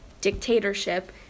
dictatorship